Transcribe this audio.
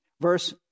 verse